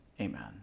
Amen